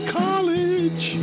college